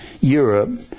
Europe